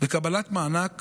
וקבלת מענק